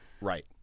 Right